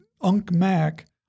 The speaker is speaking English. UNC-MAC